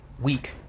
week